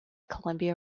columbia